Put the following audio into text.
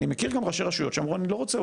אני מכיר גם ראשי רשויות שאמרו, אני לא רוצה.